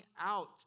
out